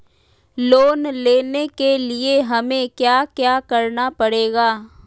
Loan लेने के लिए हमें क्या क्या करना पड़ेगा?